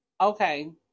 Okay